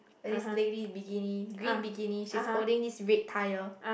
there's this lady in bikini green bikini she's holding this red tyre